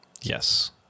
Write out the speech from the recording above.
Yes